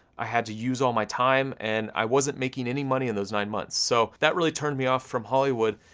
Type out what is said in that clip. i had to use all my time, and i wasn't making any money in those nine months. so that really turned me off from hollywood,